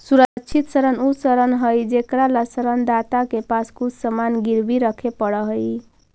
सुरक्षित ऋण उ ऋण हइ जेकरा ला ऋण दाता के पास कुछ सामान गिरवी रखे पड़ऽ हइ